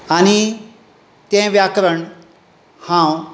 आनी तें व्याकरण हांव